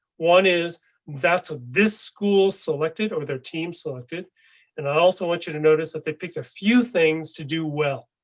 one is that ah this school selected or their team selected and i also want you to notice that they picked a few things to do well.